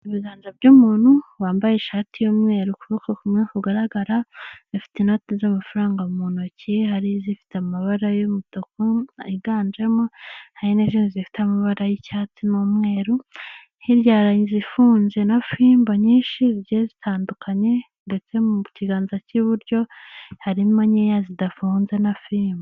Ibiganza by'umuntu wambaye ishati y'umweru ukuboko kumwe kugaragara, ufite inote z'amafaranga mu ntoki hari izifite amabara y'umutuku yiganjemo hari n'izindi zifite amabara y'icyatsi n'umweru, hirya hari izifunze na fimbo nyinshi zigiye zitandukanye ndetse mu kiganza k'iburyo harimo nkeya zidafunze na fimbo.